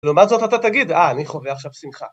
לעומת זאת אתה תגיד, אה, אני חווה עכשיו שמחה.